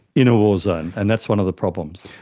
in a war zone, and that's one of the problems.